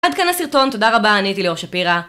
עד כאן הסרטון, תודה רבה, אני הייתי ליאור שפירא.